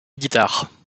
guitare